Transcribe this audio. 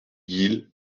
guil